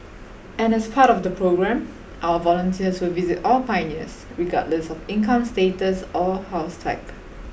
and as part of the programme our volunteers will visit all pioneers regardless of income status or house type